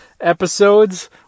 episodes